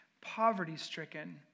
poverty-stricken